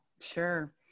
Sure